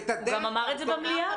הוא גם אמר את זה במליאה.